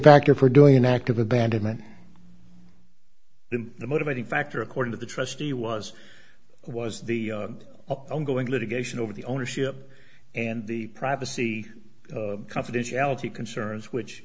factor for doing an act of abandonment and the motivating factor according to the trustee was was the ongoing litigation over the ownership and the privacy confidentiality concerns which